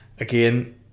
Again